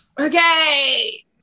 Okay